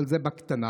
אבל זה, בקטנה.